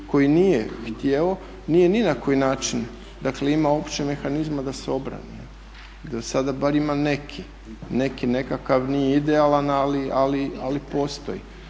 koji nije htio, nije ni na koji način, dakle imao opće mehanizme da se obrani. Jer sada bar ima neki, neki, nekakav, nije idealan ali postoji.